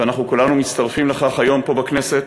ואנחנו כולנו מצטרפים לכך היום פה בכנסת,